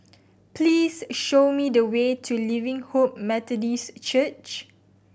please show me the way to Living Hope Methodist Church